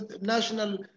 national